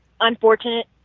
unfortunate